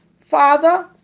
father